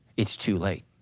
it's too late.